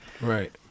Right